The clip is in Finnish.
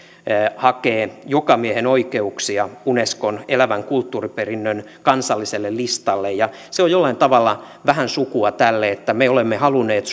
hakee jokamiehenoikeuksia unescon elävän kulttuuriperinnön kansalliselle listalle se on jollain tavalla vähän sukua tälle että me olemme halunneet